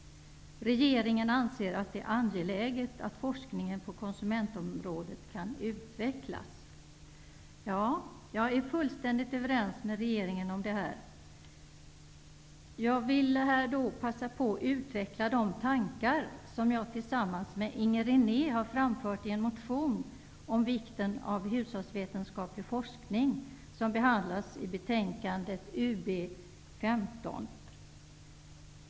- Regeringen anser att det är angeläget att forskningen på konsumentområdet kan utvecklas.'' Jag är fullständigt överens med regeringen om detta. Jag vill passa på att här utveckla de tankar som jag tillsammans med Inger René har framfört i en motion om vikten av hushållsvetenskaplig forskning som behandlas i betänkandet UbU15.